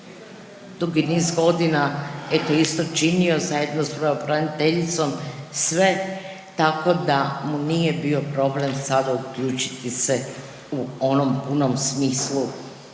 dugi niz godina, eto, isto činio zajedno s pravobraniteljicom sve, tako da mu nije bio problem sada uključiti se u ovom punom smislu